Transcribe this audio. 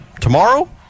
tomorrow